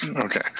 Okay